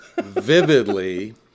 vividly